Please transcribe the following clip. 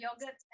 yogurt